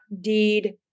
deed